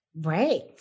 Right